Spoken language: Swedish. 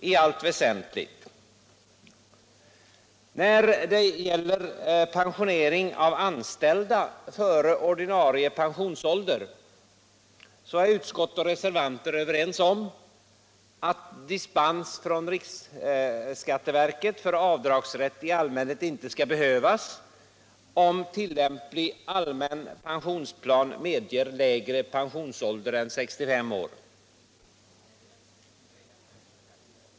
Avdragsreglerna för pensionsåtagan Avdragsreglerna för När det gäller pensionering av anställda före ordinarie pensionsålder är utskott och reservanter överens om att dispens från riksskatteverket för avdragsrätt i allmänhet inte skall behövas, om tillämplig allmän pensionsplan medger lägre pensionsålder än 65 år.